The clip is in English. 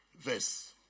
Verse